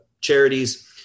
charities